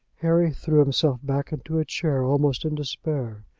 harry threw himself back into a chair almost in despair.